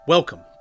Welcome